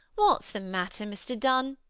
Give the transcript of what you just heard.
what's the matter, mr dunn?